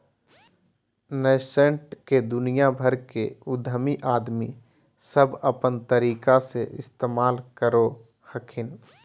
nascent के दुनिया भर के उद्यमी आदमी सब अपन तरीका से इस्तेमाल करो हखिन